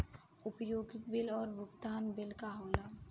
उपयोगिता बिल और भुगतान बिल का होला?